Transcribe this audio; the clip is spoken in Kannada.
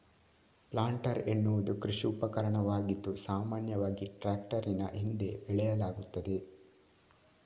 ಪ್ಲಾಂಟರ್ ಎನ್ನುವುದು ಕೃಷಿ ಉಪಕರಣವಾಗಿದ್ದು, ಸಾಮಾನ್ಯವಾಗಿ ಟ್ರಾಕ್ಟರಿನ ಹಿಂದೆ ಎಳೆಯಲಾಗುತ್ತದೆ